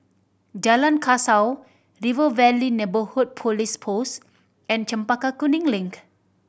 Jalan Kasau River Valley Neighbourhood Police Post and Chempaka Kuning Link